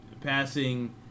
passing